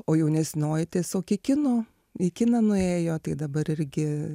o jaunesnioji tiesiog į kino į kiną nuėjo tai dabar irgi